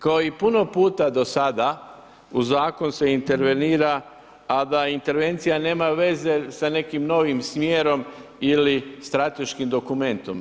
Kao i puno puta do sada u zakon se intervenira, a da intervencija nema veze sa nekim novim smjerom ili strateškim dokumentom.